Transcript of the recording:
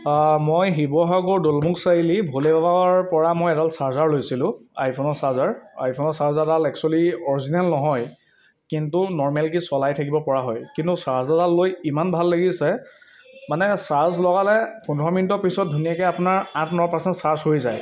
অঁ মই শিৱসাগৰ দলমূখ চাৰিআলি ভোলেবাবাৰ পৰা মই এডাল চাৰ্জাৰ লৈছিলোঁ আইফোনৰ চাৰ্জাৰ আইফোনৰ চাৰ্জাৰডাল এক্সোৱেলি অৰিজিনেল নহয় কিন্তু নৰ্মেলকৈ চলাই থাকিব পৰা হয় কিন্তু চাৰ্জাৰডাল লৈ ইমান ভাল লাগি আছে মানে চাৰ্জ লগালে পোন্ধৰ মিনিটৰ পিছত ধুনীয়াকৈ আপোনাৰ আঠ ন পাৰ্চেণ্ট চাৰ্জ হৈ যায়